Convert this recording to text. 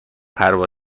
سوار